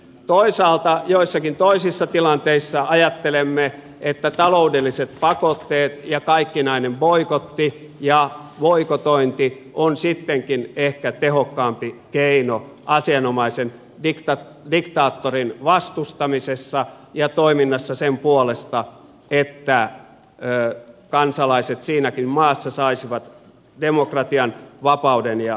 toisaalta joissakin toisissa tilanteissa ajattelemme että taloudelliset pakotteet ja kaikkinainen boikotti ja boikotointi on sittenkin ehkä tehokkaampi keino asianomaisen diktaattorin vastustamisessa ja toiminnassa sen puolesta että kansalaiset siinäkin maassa saisivat demokratian vapauden ja ihmisoikeudet